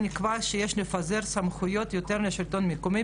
בה נקבע שיש לפזר יותר סמכויות לשלטון המקומי,